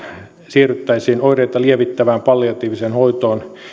siirryttäisiin oireita lievittävään palliatiiviseen hoitoon